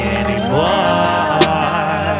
anymore